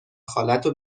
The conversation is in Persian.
خالتو